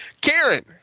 Karen